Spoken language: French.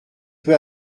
peu